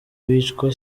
bicwa